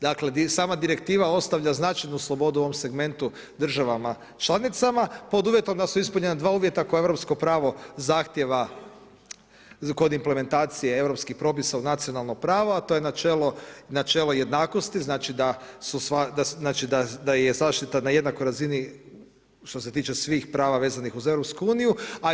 Dakle, sama direktiva ostavlja značajnu slobodu u ovom segmentu državama članicama pod uvjetom da su ispunjena dva uvjeta koja europsko pravo zahtjeva kod implementacije europskih propisa u nacionalno pravo, a to je načelo jednakosti, znači da je zaštita na jednakoj razini što se tiče svih prava vezano uz Europsku uniju.